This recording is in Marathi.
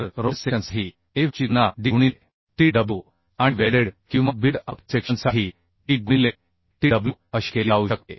तर रोल्ड सेक्शनसाठी Av ची गणना d गुणिले Tw आणि वेल्डेड किंवा बिल्ड अप सेक्शनसाठी d गुणिले Tw अशी केली जाऊ शकते